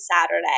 Saturday